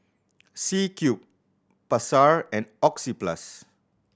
C Cube Pasar and Oxyplus